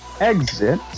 exit